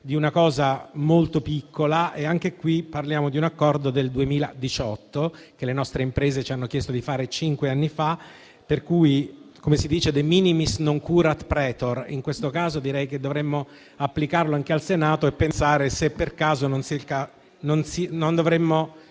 di una cosa molto piccola e anche in questo caso parliamo di un Accordo del 2018, che le nostre imprese ci hanno chiesto di fare cinque anni fa. Per cui, come si dice, *de minimis non curat praetor*; in questo caso direi che dovremmo applicarlo anche al Senato e pensare se per caso non dovremmo